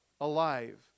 alive